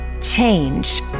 Change